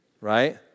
right